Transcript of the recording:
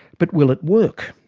but will it work?